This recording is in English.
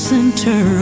Center